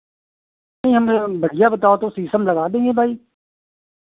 नहीं हमरे बढ़ियाँ बतावत हो सीशम लगा देंगे भाई